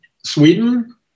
Sweden